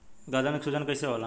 गर्दन के सूजन कईसे होला?